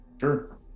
sure